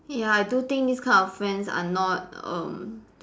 ya I do think this kind of friends are not um